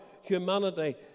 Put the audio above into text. humanity